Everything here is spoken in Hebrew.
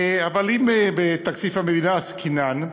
אבל אם בתקציב המדינה עסקינן,